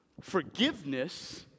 forgiveness